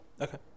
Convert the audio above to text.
okay